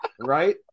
right